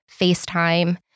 FaceTime